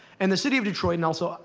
and the city of detroit and also,